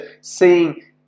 seeing